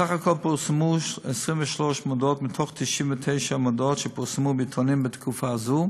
סך הכול פורסמו 23 מודעות מתוך 99 מודעות שפורסמו בעיתונים בתקופה זו,